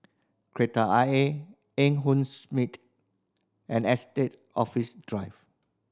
Kreta Ayer Eng Hoon and Estate Office Drive